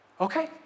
okay